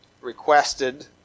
requested